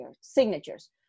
signatures